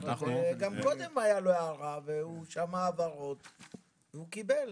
גם קודם הייתה לו הערה והוא שמע הבהרות והוא קיבל.